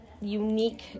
unique